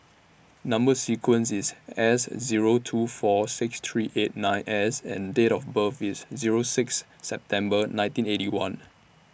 Number sequence IS S Zero two four six three eight nine S and Date of birth IS Zero six September nineteen Eighty One